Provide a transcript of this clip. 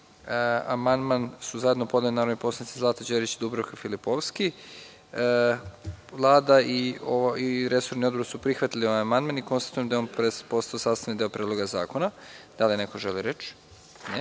amandman su zajedno podneli narodni poslanici Zlata Đerić i Dubravka Filipovski. Vlada i resorni odbor su prihvatili ovaj amandman. Konstatujem da je on postao sastavni deo Predloga zakona. Da li neko želi reč? Ne. Na